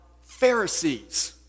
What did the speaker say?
Pharisees